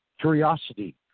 curiosity